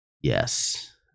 Yes